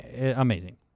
amazing